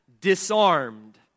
disarmed